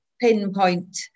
pinpoint